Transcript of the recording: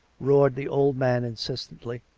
roared the old man insistently.